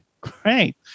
Great